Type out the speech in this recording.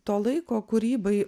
to laiko kūrybai